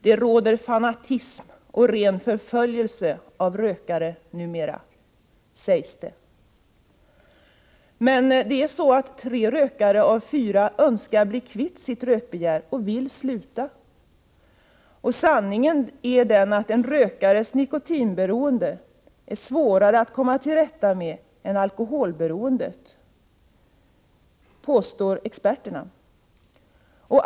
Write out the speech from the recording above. ”Det råder fanatism och ren förföljelse av rökare numera”, sägs det. Men tre av fyra rökare önskar bli kvitt sitt rökbegär och vill sluta röka. Sanningen är den att en rökares nikotinberoende är svårare att komma till rätta med än alkoholberoendet — påstår experterna.